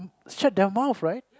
shut their mouth right